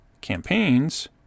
campaigns